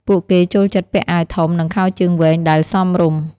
ពួកគេចូលចិត្តពាក់អាវធំនិងខោជើងវែងដែលសមរម្យ។